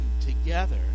together